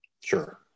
Sure